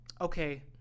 Okay